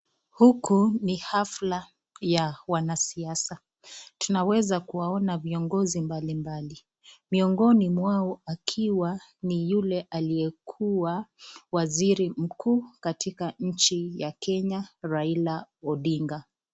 Huku ni hafla ya wanasiasa, tunaweza kuwaona viongozi mbalimbali, miongoni mwao akiwa ni yule aliyekuwa waziri mkuu katika nchi ya Kenya, Raila Odinga.